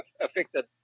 affected